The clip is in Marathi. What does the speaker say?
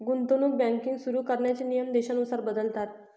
गुंतवणूक बँकिंग सुरु करण्याचे नियम देशानुसार बदलतात